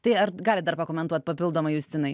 tai ar galit dar pakomentuot papildomai justinai